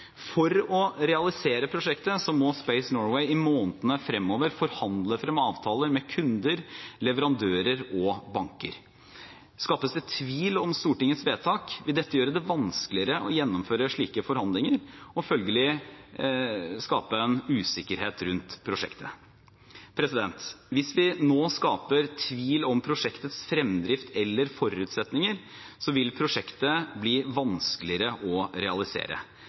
For å realisere prosjektet må Space Norway i månedene fremover forhandle frem avtaler med kunder, leverandører og banker. Skapes det tvil om Stortingets vedtak, vil dette gjøre det vanskeligere å gjennomføre slike forhandlinger, og følgelig skape en usikkerhet rundt prosjektet. Hvis vi nå skaper tvil om prosjektets fremdrift eller forutsetninger, vil prosjektet bli vanskeligere å realisere.